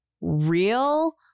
real